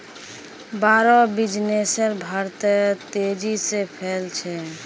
बोड़ो बिजनेस भारतत तेजी से फैल छ